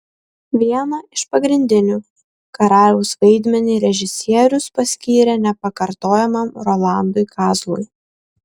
vieną iš pagrindinių karaliaus vaidmenį režisierius paskyrė nepakartojamam rolandui kazlui